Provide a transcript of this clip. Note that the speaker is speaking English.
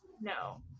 no